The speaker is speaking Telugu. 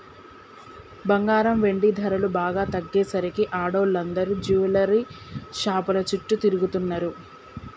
బంగారం, వెండి ధరలు బాగా తగ్గేసరికి ఆడోళ్ళందరూ జువెల్లరీ షాపుల చుట్టూ తిరుగుతున్నరు